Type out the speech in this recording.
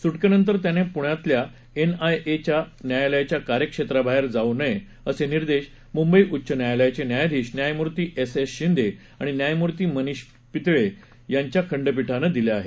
सुटकेनंतर त्यानं पुण्यातल्या एनआयए न्यायालयाच्या कार्यक्षेत्राबाहेर जाऊ नये असे निर्देश मुंबई उच्च न्यायालयाचे न्यायाधीश न्यायमूर्ती एस एस शिंदे आणि न्यायमूर्ती मनिष पितळे यांच्या खंडपीठानं दिले आहेत